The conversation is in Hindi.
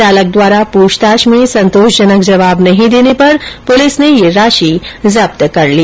चालक द्वारा पूछताछ में संतोषजनक जवाब नहीं देने पर पुलिस ने यह राशि जब्त कर ली